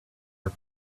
but